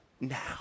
now